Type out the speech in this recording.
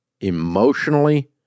emotionally